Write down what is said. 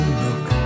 look